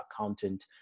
accountant